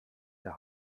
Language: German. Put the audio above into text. der